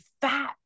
fat